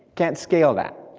can't scale that.